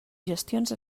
gestions